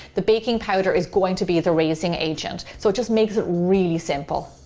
the baking powder is going to be the raising agent, so it just makes it really simple.